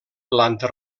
planta